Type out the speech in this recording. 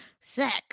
sex